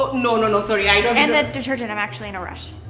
no, no, no, sorry. and the detergent, i'm actually in a rush.